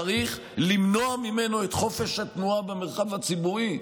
צריך למנוע ממנו את חופש התנועה במרחב הציבורי?